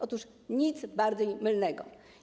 Otóż nic bardziej mylnego.